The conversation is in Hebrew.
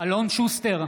אלון שוסטר,